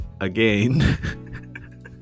again